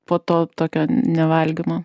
po to tokio nevalgymo